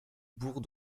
bourg